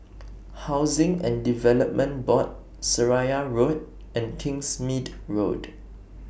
Housing and Development Board Seraya Road and Kingsmead Road